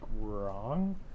wrong